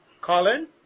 Colin